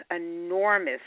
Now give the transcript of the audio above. enormous